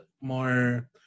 more